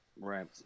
Right